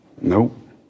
Nope